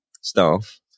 staff